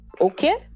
Okay